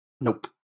Nope